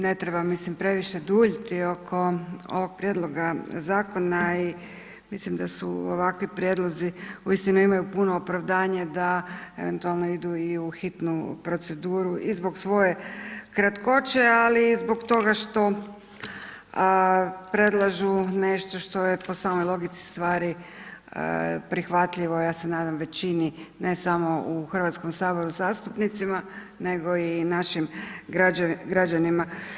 Ne treba mislim previše duljiti oko ovog prijedloga zakona i mislim da su ovakvi prijedlozi uistinu imaju puno opravdanje da eventualno idu i u hitnu proceduru i zbog svoje kratkoće ali i zbog toga što predlaže nešto što je po samoj logici stvari prihvatljivo, ja se nadam većini ne samo u Hrvatskom saboru zastupnicima nego i našim građanima.